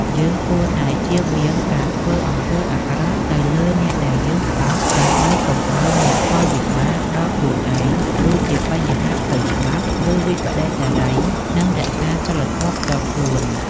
យើងគួរតែ ជៀសវាងការធ្វើអំពើអាក្រក់ទៅលើអ្នកដែលយើងស្អប់ ដើម្បីកុំឲ្យមានផលវិបាកដល់ខ្លួនឯង (ដូចជាបញ្ហាផ្លូវច្បាប់ ឬវិប្បដិសារី) និងរក្សាសីលធម៌ផ្ទាល់ខ្លួន។